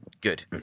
Good